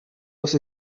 was